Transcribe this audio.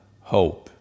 hope